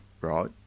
right